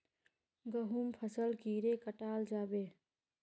गहुम फसल कीड़े कटाल जाबे?